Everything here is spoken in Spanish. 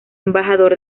embajador